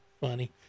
Funny